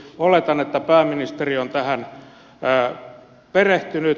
oletan että pääministeri on tähän perehtynyt